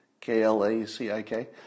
K-L-A-C-I-K